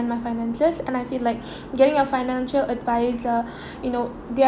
~n my finances and I feel like getting a financial advisor you know they a~